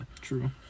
True